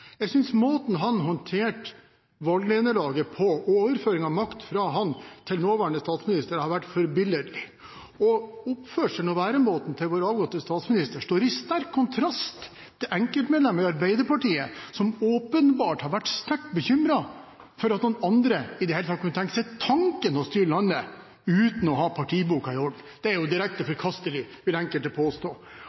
Jeg synes måten han håndterte valgnederlaget på og overføringen av makt fra ham til nåværende statsminister har vært forbilledlig. Oppførselen og væremåten til vår avgåtte statsminister står i sterk kontrast til enkeltmedlemmer i Arbeiderpartiet, som åpenbart har vært sterkt bekymret for at noen andre i det hele tatt kunne tenke tanken om å styre landet uten å ha partiboka i orden. Det er jo direkte forkastelig, vil enkelte påstå.